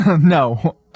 No